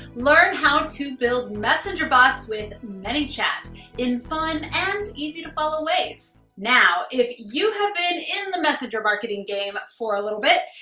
learn how to build messenger bots with manychat in fun and easy to follow ways. now, if you have been in the messenger marketing game for a little bit,